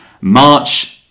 March